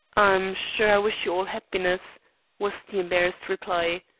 i'm sure i wish you all happiness was the embarrassed reply.